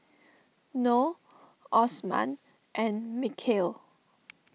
Noh Osman and Mikhail